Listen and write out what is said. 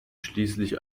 schließlich